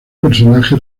personaje